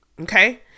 Okay